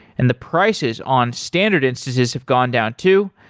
and the prices on standard instances have gone down too.